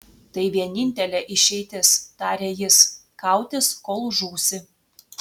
tai vienintelė išeitis tarė jis kautis kol žūsi